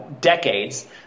decades